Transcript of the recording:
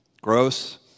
gross